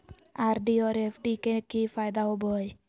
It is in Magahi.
आर.डी और एफ.डी के की फायदा होबो हइ?